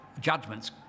judgments